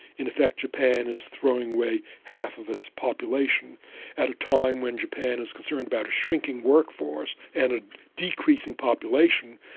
in effect japan is throwing away half of its population at a time when japan is concerned about a shrinking workforce and a decreasing population.